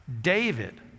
David